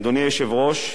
אדוני היושב-ראש,